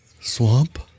swamp